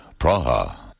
Praha